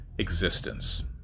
Existence